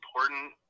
important